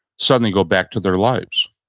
suddenly go back to their lives.